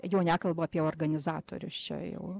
jau nekalbu apie organizatorius čia jau